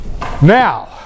Now